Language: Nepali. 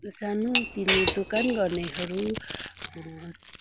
सानो तिनो दोकान गर्नेहरू